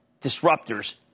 disruptors